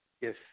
Yes